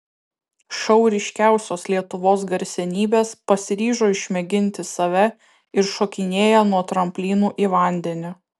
šou ryškiausios lietuvos garsenybės pasiryžo išmėginti save ir šokinėja nuo tramplinų į vandenį